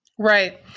Right